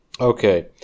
Okay